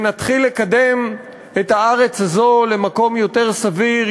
להתחיל לקדם את הארץ הזאת למקום יותר סביר,